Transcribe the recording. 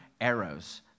arrows